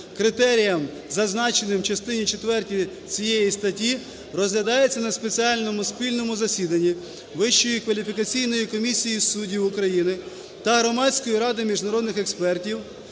критеріям, зазначеним в частині четвертій цієї статті, розглядається на спеціальному спільному засіданні Вищої кваліфікаційної комісії суддів України та Громадської ради міжнародних експертів.